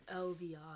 LVI